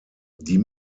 die